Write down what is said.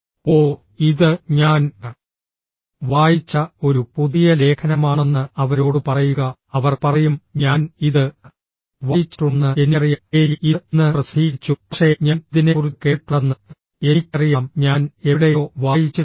ഓ ഇത് ഞാൻ വായിച്ച ഒരു പുതിയ ലേഖനമാണെന്ന് അവരോട് പറയുക അവർ പറയും ഞാൻ ഇത് വായിച്ചിട്ടുണ്ടെന്ന് എനിക്കറിയാം ഹേയ് ഇത് ഇന്ന് പ്രസിദ്ധീകരിച്ചു പക്ഷേ ഞാൻ ഇതിനെക്കുറിച്ച് കേട്ടിട്ടുണ്ടെന്ന് എനിക്കറിയാം ഞാൻ എവിടെയോ വായിച്ചിട്ടുണ്ട്